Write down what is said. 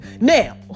Now